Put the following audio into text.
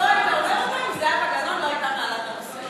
אבל לא היית אומר את זה אם זהבה גלאון לא הייתה מעלה את הנושא.